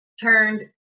turned